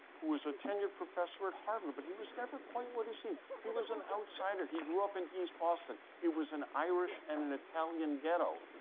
who was a tenured professor at harvard. but he was never quite what he seemed. he was an outsider. he grew up in east boston. it was an irish and an italian ghetto.